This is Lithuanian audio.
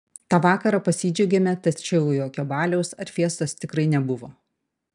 tą vakarą pasidžiaugėme tačiau jokio baliaus ar fiestos tikrai nebuvo